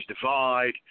Divide